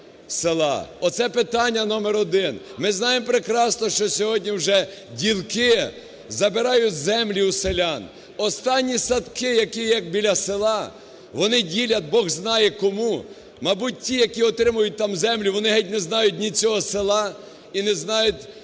села. Оце питання номер один. Ми знаємо прекрасно, що сьогодні вже ділки забирають землю у селян. Останні садки, які є біля села, вони ділять, бог знає, кому. Мабуть, ті, які отримують там землю, вони геть не знають ні цього села і не знають